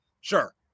Sure